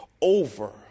over